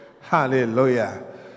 Hallelujah